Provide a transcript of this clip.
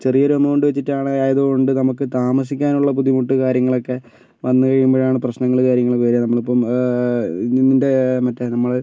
ചെറിയൊരു എമൗണ്ട് വെച്ചിട്ടാണായതുകൊണ്ട് നമുക്ക് താമസിക്കാനുള്ള ബുദ്ധിമുട്ട് കാര്യങ്ങളൊക്കെ വന്നു കഴിയുമ്പോഴാണ് പ്രശ്നങ്ങള് കാര്യങ്ങളൊക്കെ വരിക നമ്മളിപ്പം ഇതിൻ്റെ മറ്റേ നമ്മള്